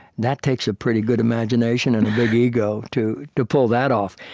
that takes a pretty good imagination, and a big ego, to to pull that off.